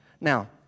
Now